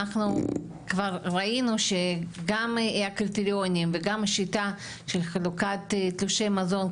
אנחנו כבר ראינו שגם הקריטריונים וגם השיטה של חלוקת תלושי מזון,